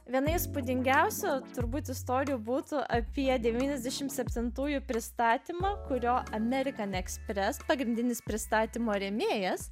viena įspūdingiausių turbūt istorijų būtų apie devyniasdešimt septintųjų pristatymą kurio american express pagrindinis pristatymo rėmėjas